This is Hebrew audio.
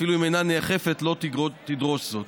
אפילו אם אינה נאכפת, לא תדרוש זאת.